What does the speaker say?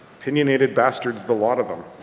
opinionated bastards the lot of them.